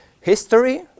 history